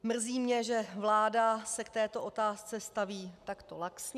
Mrzí mě, že vláda se k této otázce staví takto laxně.